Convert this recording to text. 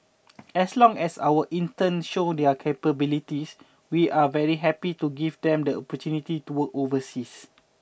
as long as our interns show their capabilities we are very happy to give them the opportunity to work overseas